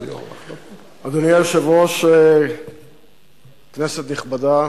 אדוני היושב-ראש, כנסת נכבדה,